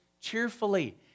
cheerfully